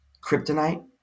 kryptonite